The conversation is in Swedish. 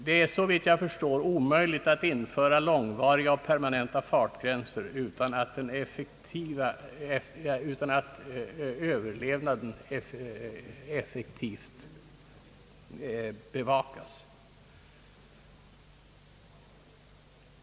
Det är såvitt jag förstår omöjligt att införa långvariga och permanenta fartgränser utan att efterlevnaden effektivt bevakas.